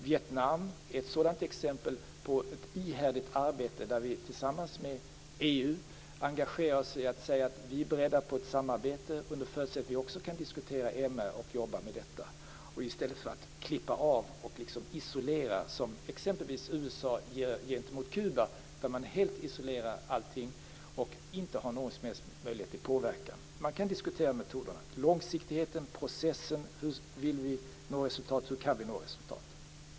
Vietnam är ett sådant exempel på ett ihärdigt arbete där vi tillsammans med EU engagerar oss i att säga att vi är beredda på ett samarbete under förutsättning att vi också kan diskutera MR och jobba med detta. Det gör vi i stället för att klippa av och isolera, som exempelvis USA gör gentemot Kuba, där man helt isolerar allting och inte har någon som helst möjlighet till påverkan. Man kan diskutera metoderna, långsiktigheten och processen och hur vi vill nå resultat, och hur vi kan nå resultat.